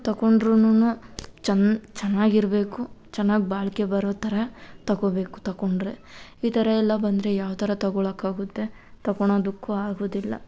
ತೊಕೊಂಡ್ರುನು ಚೆನ್ನ ಚೆನ್ನಾಗಿರ್ಬೇಕು ಚೆನ್ನಾಗಿ ಬಾಳಿಕೆ ಬರೋ ಥರ ತೊಕೊಬೇಕು ತೊಕೊಂಡ್ರೆ ಈ ಥರ ಎಲ್ಲ ಬಂದರೆ ಯಾವ ಥರ ತೊಗೊಳಕ್ಕಾಗುತ್ತೆ ತೊಕೊಣೋದುಕ್ಕೂ ಆಗೋದಿಲ್ಲ